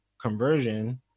conversion